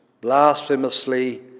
blasphemously